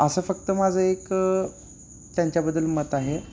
असं फक्त माझं एक त्यांच्याबद्दल मत आहे